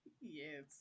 yes